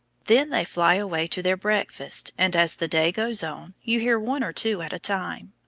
then they fly away to their breakfast and, as the day goes on, you hear one or two at a time.